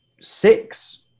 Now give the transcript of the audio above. six